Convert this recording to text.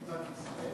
נגידת בנק ישראל.